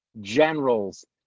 generals